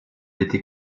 été